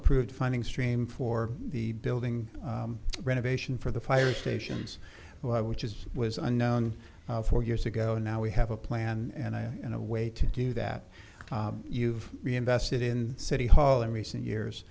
approved funding stream for the building renovation for the fire stations which is was unknown four years ago now we have a plan and in a way to do that you've reinvested in city hall in recent years